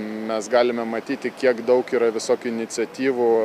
mes galime matyti kiek daug yra visokių iniciatyvų